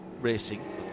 racing